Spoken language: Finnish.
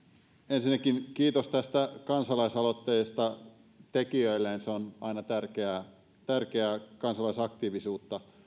ensinnäkin kiitos tästä kansalaisaloitteesta tekijöilleen se on aina tärkeää tärkeää kansalaisaktiivisuutta